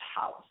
house